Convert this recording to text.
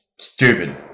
Stupid